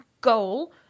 goal